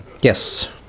Yes